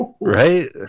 Right